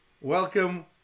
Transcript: welcome